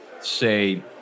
say